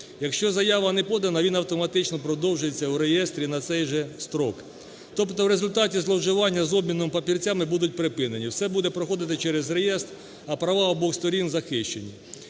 Якщо заява не подана, він автоматично продовжується у реєстрі на цей же строк. Тобто в результаті зловживання з обміном папірцями будуть припинені, все буде проходити через реєстр, а права обох сторін захищені.